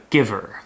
Giver